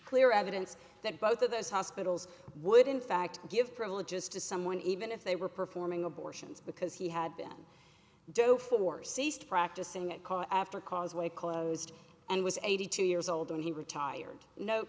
clear evidence that both of those hospitals would in fact give privileges to someone even if they were performing abortions because he had been dope for ceased practicing at color after causeway closed and was eighty two years old when he retired nope